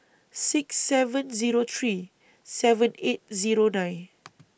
six seven Zero three seven eight Zero nine